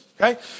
okay